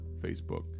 Facebook